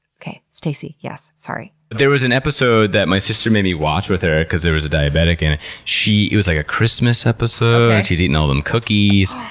okay, stacy. yes. sorry. there was an episode that my sister made me watch with her because there was a diabetic. and it was like a christmas episode, and she's eating all them cookies,